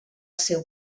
seu